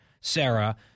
Sarah